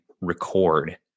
record